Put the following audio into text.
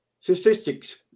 statistics